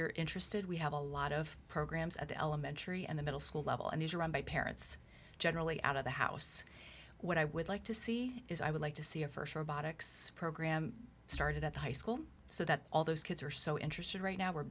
you're interested we have a lot of programs at the elementary and middle school level and these are run by parents generally out of the house what i would like to see is i would like to see a st robotics program started at the high school so that all those kids are so interested right now we're